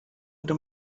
into